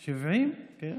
70, כן.